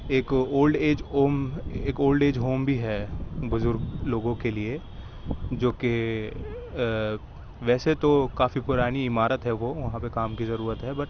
ایک old age home ایک old age home بھی ہے بزرگ لوگوں کے لیے جو کہ ویسے تو کافی پرانی عمارت ہے وہ وہاں پہ کام کی ضرورت ہے بٹ